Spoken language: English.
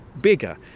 bigger